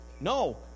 No